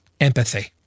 Empathy